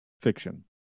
fiction